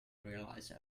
realize